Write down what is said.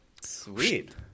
Sweet